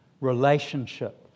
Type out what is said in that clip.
relationship